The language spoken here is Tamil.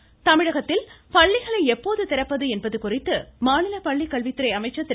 செங்கோட்டையன் தமிழகத்தில் பள்ளிகளை எப்போது திறப்பது என்பது குறித்து மாநில பள்ளிக்கல்வித்துறை அமைச்சர் திரு